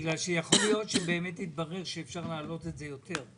בגלל שיכול להיות שבאמת יתברר שאפשר להעלות את זה יותר.